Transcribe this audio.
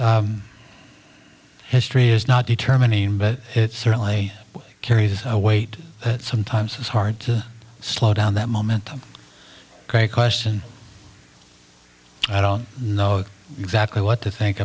yeah history is not determining but it's certainly carries a weight sometimes it's hard to slow down that moment great question i don't know exactly what to think